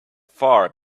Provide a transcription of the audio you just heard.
far